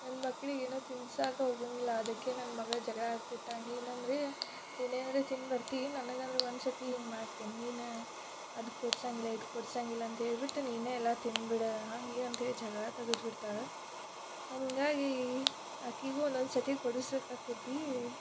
ನನ್ನ ಮಕ್ಳಿಗೆ ಏನೂ ತಿನ್ಸಕ್ಕೇ ಹೋಗಂಗಿಲ್ಲ ಅದಕ್ಕೆ ನನ್ನ ಮಗಳು ಜಗಳ ಆಡ್ತಿರ್ತಾಳೆ ನೀನಂದರೆ ನೀನಂದರೆ ತಿಂದು ಬರ್ತಿ ನನಗಂದರೆ ಒಂದು ಸರ್ತಿ ಹಿಂಗೆ ಮಾಡ್ತೀಯ ನೀನು ಅದು ಕೊಡಿಸಂಗಿಲ್ಲ ಇದು ಕೊಡಿಸಂಗಿಲ್ಲ ಅಂತ್ಹೇಳ್ಬಿಟ್ಟು ನೀನೇ ಎಲ್ಲ ತಿಂದ್ಬಿಡು ಹಾಗೆ ಅಂತ ಹೇಳಿ ಜಗಳ ತೆಗದ್ಬಿಡ್ತಾಳೆ ಹಾಗಾಗಿ ಆಕೆಗೂ ಒಂದೊಂದು ಸರ್ತಿ ಕೊಡಿಸ್ಬೇಕಾಕ್ಯತ್ತೆ